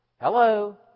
Hello